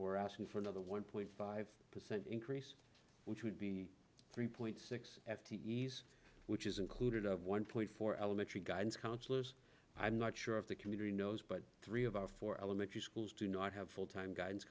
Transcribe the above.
we're asking for another one point five percent increase which would be three point six f to ease which is included of one point four elementary guidance counselors i'm not sure of the community knows but three of our four elementary schools do not have full time guidance